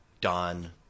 Don